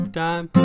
time